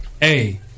hey